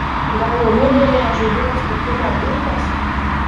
gal ir rūbinėje žaidėjams pakilo ūpas